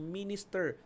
minister